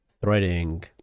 threading